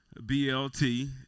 BLT